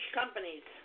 companies